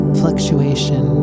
fluctuation